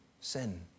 sin